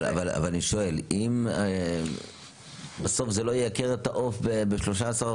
אבל אני שואל, בסוף זה לא ייקר את העוף ב-13%?